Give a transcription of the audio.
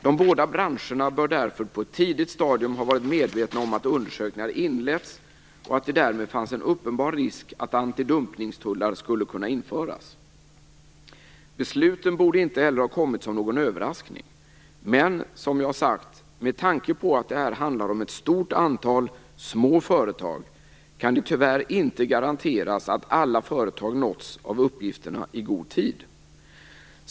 De båda branscherna bör därför på ett tidigt stadium ha varit medvetna om att undersökningar inletts och att det därmed fanns en uppenbar risk att antidumpningstullar skulle kunna införas. Besluten borde inte heller ha kommit som någon överraskning. Men, som jag har sagt, med tanke på att det här handlar om ett stort antal små företag kan det tyvärr inte garanteras att alla företag nåtts av uppgifterna i god tid.